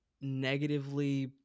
negatively